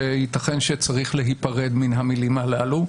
שייתכן שצריך להיפרד מן המילים הללו,